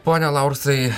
pone laursai